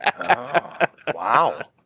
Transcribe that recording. Wow